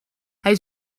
hij